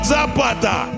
Zapata